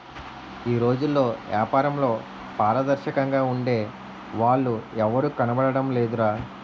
ఈ రోజుల్లో ఏపారంలో పారదర్శకంగా ఉండే వాళ్ళు ఎవరూ కనబడడం లేదురా